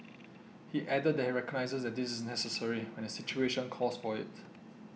he added that he recognises that this is necessary when the situation calls for it